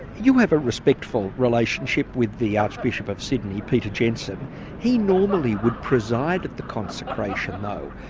you have a respectful relationship with the archbishop of sydney peter jensen he normally would preside at the consecration though.